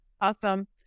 Awesome